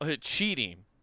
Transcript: cheating